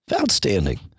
Outstanding